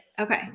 Okay